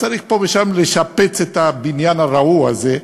צריך פה ושם לשפץ את הבניין הרעוע הזה.